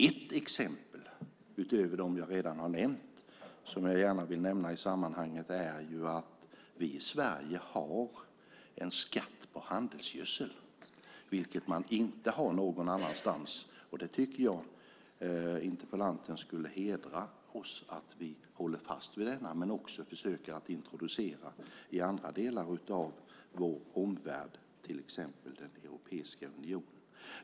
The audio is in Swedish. Ett exempel utöver dem jag redan har nämnt och som jag gärna vill nämna i sammanhanget är att vi i Sverige har en skatt på handelsgödsel vilket man inte har någon annanstans. Jag tycker att interpellanten borde hedra oss för att vi håller fast vid denna skatt och även försöker att introducera den i andra delar av vår omvärld, till exempel Europeiska unionen.